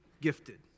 gifted